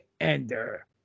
Ender